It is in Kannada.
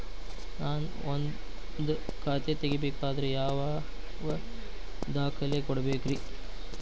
ನಾನ ಒಂದ್ ಖಾತೆ ತೆರಿಬೇಕಾದ್ರೆ ಯಾವ್ಯಾವ ದಾಖಲೆ ಕೊಡ್ಬೇಕ್ರಿ?